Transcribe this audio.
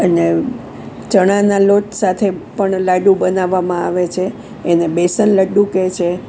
અને ચણાના લોટ સાથે પણ લાડુ બનાવવામાં આવે છે એને બેસન લડ્ડુ કહે છે